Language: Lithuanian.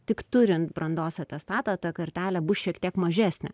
tik turint brandos atestatą ta kartelė bus šiek tiek mažesnė